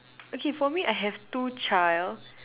okay for me I have two child